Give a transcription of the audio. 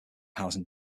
housing